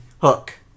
Hook